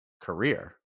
career